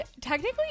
Technically